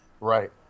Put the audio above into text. Right